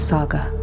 Saga